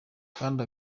kandi